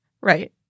Right